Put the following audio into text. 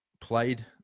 played